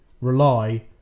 rely